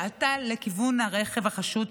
שעטה לכיוון הרכב החשוד,